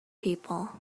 people